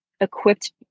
equipped